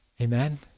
Amen